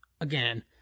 again